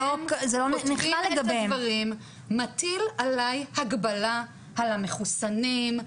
האופן שאתם קובעים את הדברים מטיל עלי הגבלה על המחוסנים,